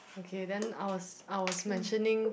okay then I was I was mentioning